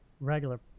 regular